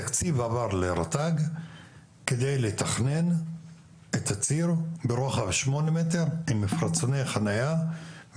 התקציב עבר לרט"ג כדי לתכנן את הציר ברוחב 8 מטר עם מפרצוני חניה.